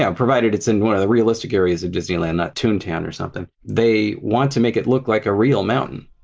yeah provided it's in one of the realistic areas of disneyland, not toon town or something, they want to make it look like a real mountain,